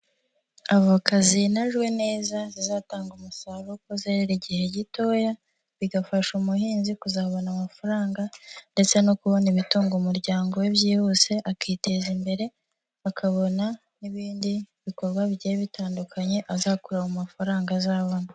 Avoka zinajwe neza zizatanga umusaruro kuko zerera igihe gitoya, bigafasha umuhinzi kuzabona amafaranga ndetse no kubona ibitunga umuryango we byihuse akiteza imbere, akabona n'ibindi bikorwa bigiye bitandukanye azakura mu mafaranga azabona.